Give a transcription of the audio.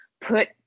put